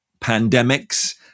pandemics